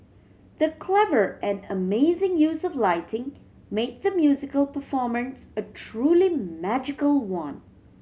the clever and amazing use of lighting made the musical performance a truly magical one